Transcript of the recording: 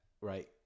right